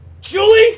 Julie